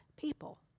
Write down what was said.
people